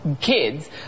kids